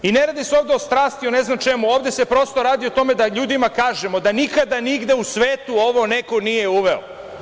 Ne radi se ovde o strasti, o ne znam čemu, ovde se, prosto radi o tome da ljudima kažemo da nikada nigde u svetu ovo neko nije uveo.